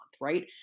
right